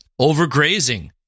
overgrazing